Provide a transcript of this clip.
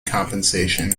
compensation